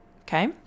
Okay